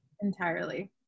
entirely